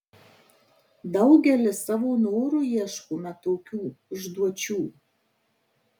daugelis savo noru ieškome tokių užduočių